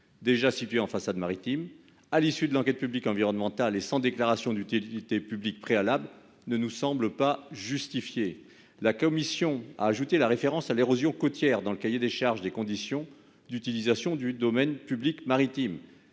déjà situées en façade maritime à l'issue de l'enquête publique environnementale et sans déclaration d'utilité publique préalable ne nous semble pas justifiée. La commission a ajouté la référence à l'érosion côtière dans le cahier des charges des conditions d'utilisation du domaine public maritime.